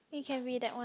it can be that one